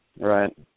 Right